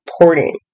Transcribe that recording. important